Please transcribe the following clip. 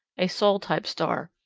a sol-type star,